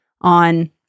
on